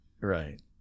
Right